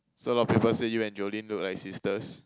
so a lot of people say you and Jolene look like sisters